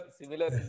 similar